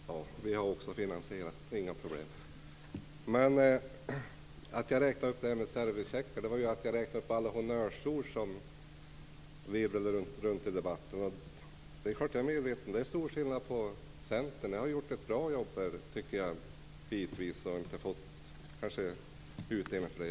Fru talman! Vi har också finansierat våra förslag. Det är inga problem. Att jag bland exemplen räknade upp detta med servicecheckar var för att jag räknade upp alla honnörsord som virvlade runt i debatten. Det är klart att jag är medveten om att det är stor skillnad på Centern och övriga borgerliga partier. Jag tycker att ni bitvis har gjort ett bra arbete, som ni kanske inte har fått utdelning för.